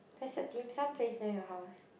there's a dim sum place near your house